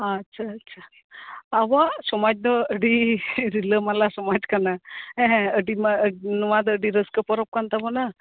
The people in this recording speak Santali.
ᱟᱵᱚᱣᱟᱜ ᱥᱚᱢᱟᱡᱽ ᱫᱚ ᱟᱹᱰᱤ ᱨᱤᱞᱟᱹᱢᱟᱞᱟ ᱥᱚᱢᱟᱡᱽ ᱠᱟᱱᱟ ᱦᱮᱸ ᱦᱮᱸ ᱱᱚᱣᱟ ᱫᱚ ᱟᱹᱰᱤ ᱨᱟᱹᱥᱠᱟᱹ ᱯᱚᱨᱚᱵᱽ ᱠᱟᱱ ᱛᱟᱵᱚᱱᱟ